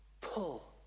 pull